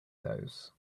those